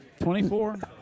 24